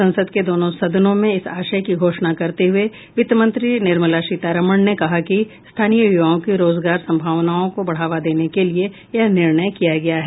संसद के दोनों सदनों में इस आशय की घोषणा करते हुए वित्त मंत्री निर्मला सीमारामण ने कहा कि स्थानीय युवाओं की रोजगार संभावनाओं को बढ़ावा देने के लिए यह निर्णय किया गया है